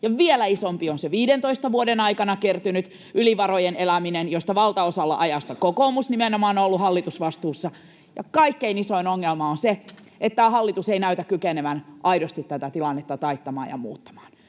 Vielä isompi on se 15 vuoden aikana kertynyt yli varojen eläminen, josta valtaosalla ajasta nimenomaan kokoomus on ollut hallitusvastuussa. Ja kaikkein isoin ongelma on, että tämä hallitus ei näytä kykenevän aidosti tätä tilannetta taittamaan ja muuttamaan.